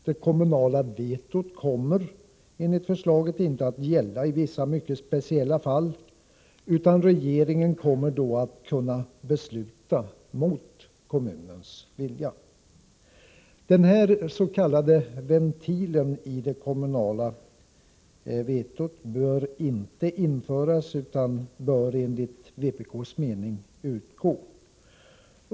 Det kommunala vetot kommer enligt förslaget inte att gälla i vissa mycket speciella fall, utan regeringen kommer att kunna besluta mot kommunens vilja. Denna s.k. ventil i det kommunala vetot bör inte införas, utan bör enligt vpk:s mening utgå.